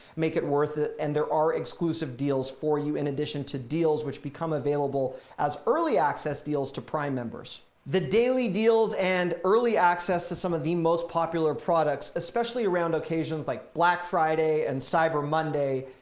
make it worth it. and there are exclusive deals for you. in addition to deals which become available as early access deals to prime members. the daily deals and early access to some of the most popular products, especially around occasions like black friday and cyber monday,